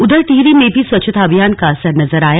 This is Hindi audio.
उधर टिहरी में भी स्वच्छता अभियान का असर नजर आया